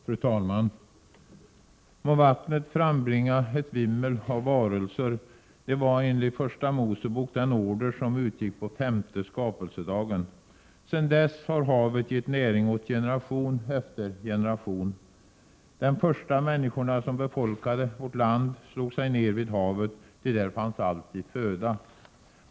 Fru talman! ”Må vattnet frambringa ett vimmel av varelser.” Det var enligt Första Mosebok den order som utgick på femte skapelsedagen. Sedan dess har havet gett näring åt generation efter generation. De första människorna som befolkade vårt land slog sig ner vid havet, ty där fanns alltid föda.